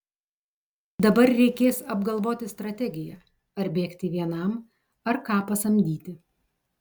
dabar reikės apgalvoti strategiją ar bėgti vienam ar ką pasamdyti